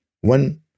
one